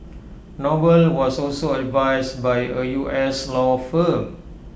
noble was also advised by A U S law firm